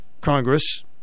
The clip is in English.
Congress